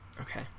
okay